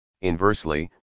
inversely